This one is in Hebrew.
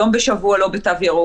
יום בשבוע לא בתו ירוק,